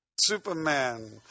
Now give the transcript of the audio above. Superman